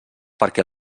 perquè